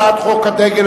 הצעת חוק הדגל,